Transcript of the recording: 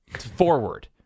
Forward